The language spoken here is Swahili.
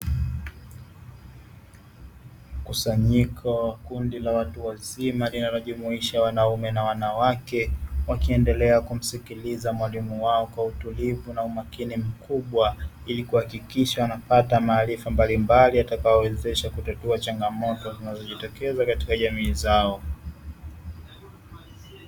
Mkusanyiko wa kundi la watu wazima linalojumuisha wanaume na wanawake wakiendelea kumsikiliza mwalimu wao kwa utulivu na umakini mkubwa ili kuhakikisha wanapata maarifa mbalimbali yatayowawezesha kutatua changamoto zinazojitokeza katika jamii zao.